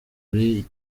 kuri